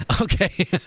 Okay